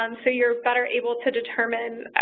um so you're better able to determine